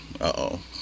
uh-oh